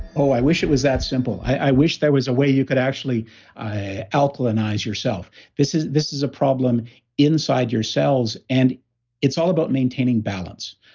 oh, i wish it was that simple. i wish there was a way you could actually alkalinize yourself. this is this is a problem inside yourselves, and it's all about maintaining balance.